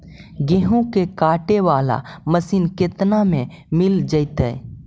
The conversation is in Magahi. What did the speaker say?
गेहूं काटे बाला मशीन केतना में मिल जइतै?